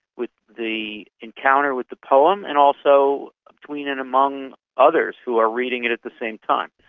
with the encounter with the poem and also between and among others who are reading it at the same time.